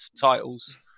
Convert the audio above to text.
titles